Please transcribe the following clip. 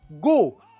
Go